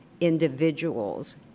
individuals